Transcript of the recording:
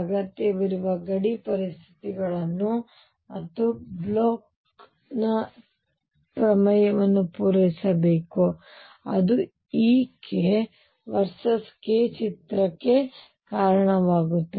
ಅಗತ್ಯವಿರುವ ಗಡಿ ಪರಿಸ್ಥಿತಿಗಳನ್ನು ಮತ್ತು ಬ್ಲೋಚ್bloch ನ ಪ್ರಮೇಯವನ್ನು ಪೂರೈಸಬೇಕು ಮತ್ತು ಅದುEkವರ್ಸಸ್ k ಚಿತ್ರಕ್ಕೆ ಕಾರಣವಾಗುತ್ತದೆ